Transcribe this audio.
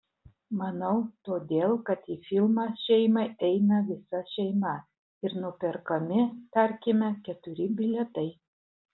manau todėl kad į filmą šeimai eina visa šeima ir nuperkami tarkime keturi bilietai